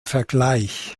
vergleich